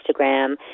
instagram